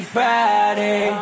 Friday